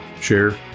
share